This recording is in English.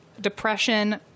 depression